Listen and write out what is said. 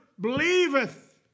believeth